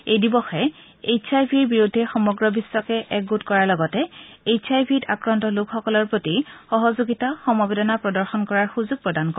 এই দিৱসে H I ভিৰ বিৰুদ্ধে সমগ্ৰ বিশ্বকে একগোট কৰাৰ লগতে এইচ আই ভিত আক্ৰান্ত লোকসকলৰ সহযোগিতা সমবেদনা প্ৰদৰ্শন কৰাৰ সুযোগ প্ৰদান কৰে